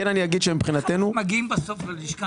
הנושא